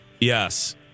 Yes